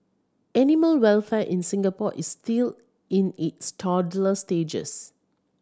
animal welfare in Singapore is still in its toddler stages